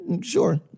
sure